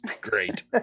Great